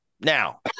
Now